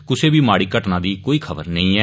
कुसै बी माड़ी घटना दी कोई खबर नेई ऐ